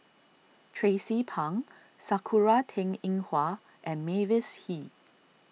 Tracie Pang Sakura Teng Ying Hua and Mavis Hee